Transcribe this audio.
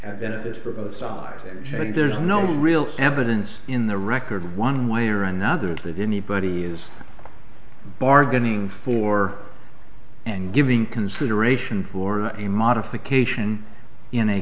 advantages for both sides and there's no real see evidence in the record one way or another that anybody is bargaining for and giving consideration for a modification in a